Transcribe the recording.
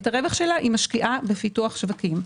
ואת הרווח שלה היא משקיעה בפיתוח שווקים.